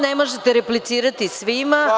Ne možete replicirati svima.